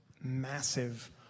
massive